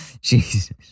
Jesus